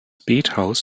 bethaus